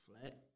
flat